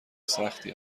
سختی